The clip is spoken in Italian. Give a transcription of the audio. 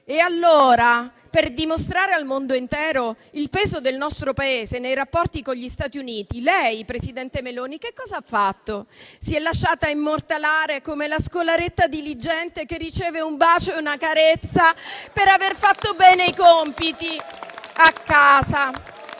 Europa. Per dimostrare al mondo intero il peso del nostro Paese nei rapporti con gli Stati Uniti, lei, presidente Meloni, che cosa ha fatto? Si è lasciata immortalare come la scolaretta diligente che riceve un bacio e una carezza per aver fatto bene i compiti a casa.